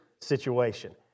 situation